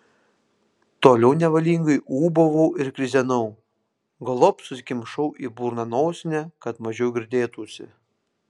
toliau nevalingai ūbavau ir krizenau galop susikimšau į burną nosinę kad mažiau girdėtųsi